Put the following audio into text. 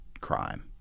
crime